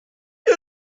you